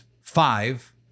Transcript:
five